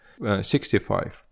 65